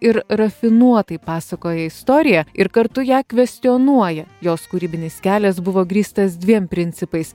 ir rafinuotai pasakoja istoriją ir kartu ją kvestionuoja jos kūrybinis kelias buvo grįstas dviem principais